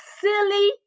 silly